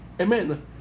amen